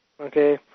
Okay